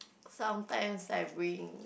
sometimes I bring